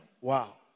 Wow